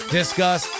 Discuss